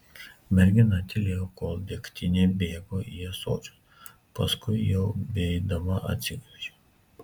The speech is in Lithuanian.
mergina tylėjo kol degtinė bėgo į ąsočius paskui jau beeidama atsigręžė